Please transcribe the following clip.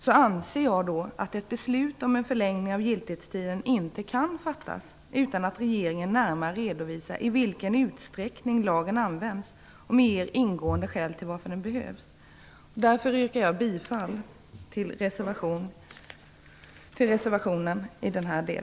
Jag anser att ett beslut om en förlängning av giltighetstiden inte kan fattas utan att regeringen närmare redovisar i vilken utsträckning lagen används och ger mer ingående skäl till varför den behövs. Jag yrkar därför bifall till reservationen i denna del.